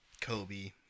Kobe